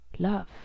Love